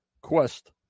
Quest